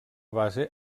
base